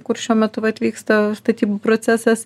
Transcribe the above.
kur šiuo metu vat vyksta statybų procesas